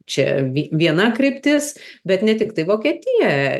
čia vi viena kryptis bet ne tiktai vokietija